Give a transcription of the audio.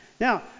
Now